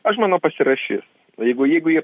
aš manau pasirašys jeigu jeigu jie